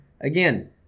again